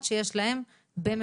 נשאלתי ואני אומרת גם עכשיו,